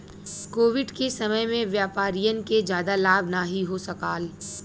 Covid के समय में व्यापारियन के जादा लाभ नाहीं हो सकाल